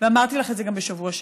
ואמרתי לך את זה גם בשבוע שעבר.